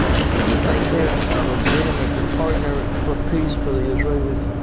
do you think they're a legitimate partner for peace for the israelis?